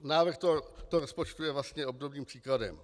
Návrh tohoto rozpočtu je vlastně obdobným příkladem.